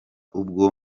ubwo